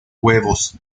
huevos